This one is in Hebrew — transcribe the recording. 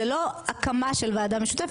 זה לא הקמה של ועדה משותפת,